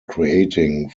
creating